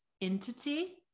entity